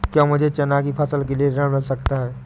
क्या मुझे चना की फसल के लिए ऋण मिल सकता है?